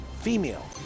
Female